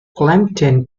clapton